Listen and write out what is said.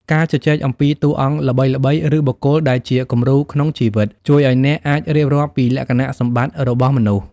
ការជជែកអំពីតួអង្គល្បីៗ ឬបុគ្គលដែលជាគំរូក្នុងជីវិត ជួយឱ្យអ្នកអាចរៀបរាប់ពីលក្ខណៈសម្បត្តិរបស់មនុស្ស។